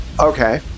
Okay